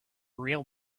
real